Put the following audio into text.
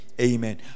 Amen